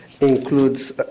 includes